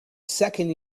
second